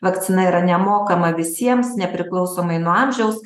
vakcina yra nemokama visiems nepriklausomai nuo amžiaus